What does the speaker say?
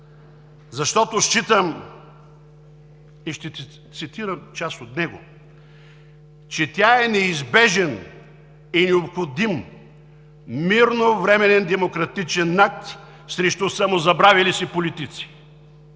Защото считам и ще цитирам част от него, че „тя е неизбежен и необходим мирновременен демократичен акт срещу самозабравили се политици“!